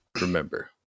remember